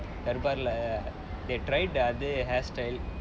darbar they tried the other hairstyle